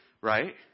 right